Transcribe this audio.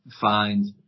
find